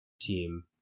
team